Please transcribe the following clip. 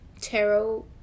tarot